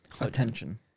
Attention